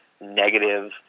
negative